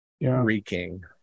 reeking